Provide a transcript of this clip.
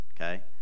okay